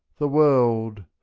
the world!